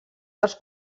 dels